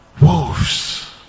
wolves